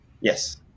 Yes